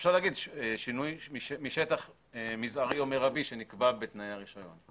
אפשר להגיד שינוי משטח מזערי או מרבי שנקבע בתנאי הרישיון.